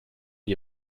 die